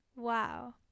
wow